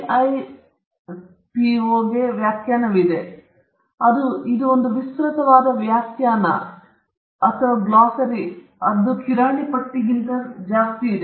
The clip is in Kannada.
ವಿಐಪಿಒಗೆ ವ್ಯಾಖ್ಯಾನವಿದೆ ಇದು ಒಂದು ವಿಸ್ತೃತವಾದ ವ್ಯಾಖ್ಯಾನ ಅಥವಾ ಗ್ಲೋಸರಿ ಕಿರಾಣಿ ಪಟ್ಟಿಗಿಂತ ಹೆಚ್ಚು